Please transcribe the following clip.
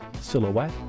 Silhouette